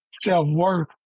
self-worth